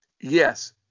Yes